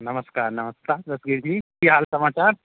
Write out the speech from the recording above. नमस्कार नमस्कार रतनेश जी की हाल समाचार